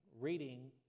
reading